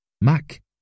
Mac